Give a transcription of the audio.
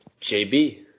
Jb